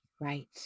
Right